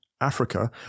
Africa